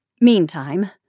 Meantime